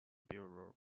bureau